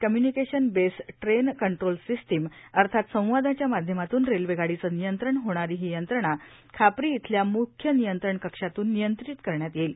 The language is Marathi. communication based train control system अर्थात संवादाच्या माध्यमातून रेल्वे गापीचं नियंत्रण होणारी ही यंत्रणा खापरी येथील मुख्य नियंत्रण कक्षातून नियंत्रीत करण्यात येईल